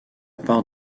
part